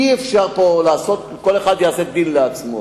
אי-אפשר שכל אחד יעשה דין לעצמו.